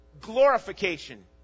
Glorification